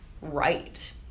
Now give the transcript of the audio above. right